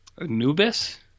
Anubis